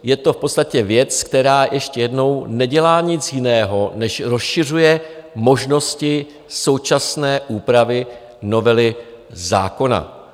Je to v podstatě věc, která, ještě jednou, nedělá nic jiného, než rozšiřuje možnosti současné úpravy novely zákona.